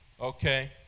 okay